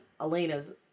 elena's